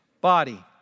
body